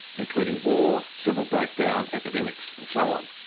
including war, civil breakdown, epidemics and so on,